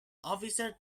officer